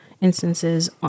instances